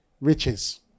riches